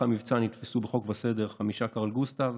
המבצע חוק וסדר נתפסו חמישה קרל גוסטב,